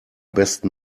besten